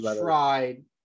tried